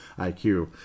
IQ